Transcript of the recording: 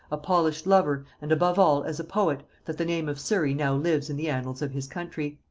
a polished lover, and above all as a poet, that the name of surry now lives in the annals of his country.